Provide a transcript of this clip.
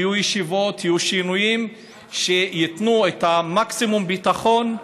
שיהיו ישיבות ויהיו שינויים שייתנו מקסימום ביטחון,